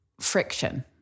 friction